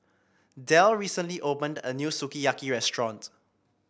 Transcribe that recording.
Del recently opened a new Sukiyaki Restaurant